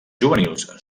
juvenils